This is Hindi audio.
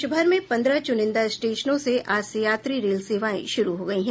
देश भर में पन्द्रह चुनिंदा स्टेशनों से आज से यात्री रेल सेवाएं शुरु हो गयी हैं